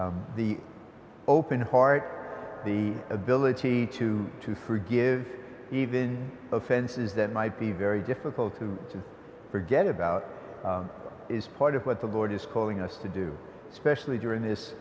jesus the open heart the ability to to forgive even offenses that might be very difficult to forget about is part of what the lord is calling us to do especially during this